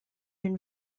une